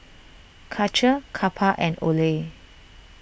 Karcher Kappa and Olay